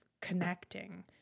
connecting